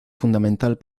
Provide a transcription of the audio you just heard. fundamental